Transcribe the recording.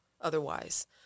otherwise